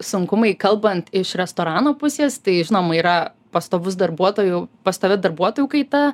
sunkumai kalbant iš restorano pusės tai žinoma yra pastovus darbuotojų pastovi darbuotojų kaita